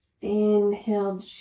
inhale